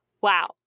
wow